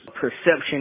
perception